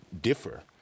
differ